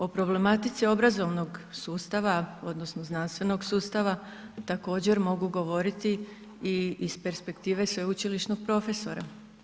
O problematici obrazovnog sustava, odnosno znanstvenog sustava, također, mogu govoriti i iz perspektive sveučilišnog profesora.